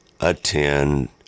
attend